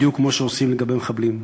בדיוק כמו שעושים לגבי מחבלים.